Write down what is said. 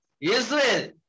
Israel